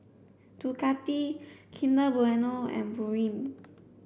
Ducati Kinder Bueno and Pureen